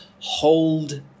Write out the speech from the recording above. hold